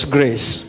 Grace